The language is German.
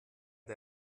der